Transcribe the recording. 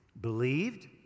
Believed